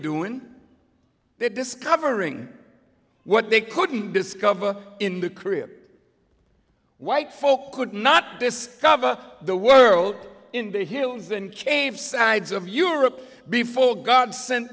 doing there discovering what they couldn't discover in the career white folk could not this cover the world in the hills and caves sides of europe before god sen